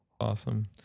Awesome